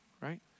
right